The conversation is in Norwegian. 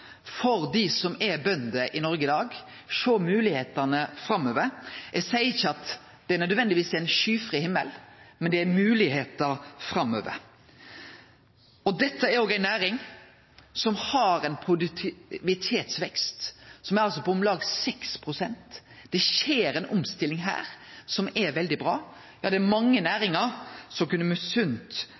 for dei som er bønder i Noreg i dag, og å sjå moglegheitene framover. Eg seier ikkje at det nødvendigvis er ein skyfri himmel, men det er moglegheiter framover. Dette er ei næring som har ein produktivitetsvekst på om lag 6 pst. Det skjer ei omstilling her som er veldig bra. Det er mange næringar som kunne